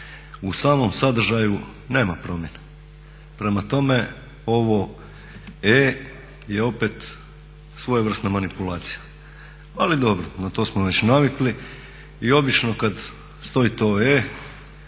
U samom sadržaju nema promjene, prema tome ovo E je opet svojevrsna manipulacija, ali dobro, na to smo već naviklo. I obično kad stoji to E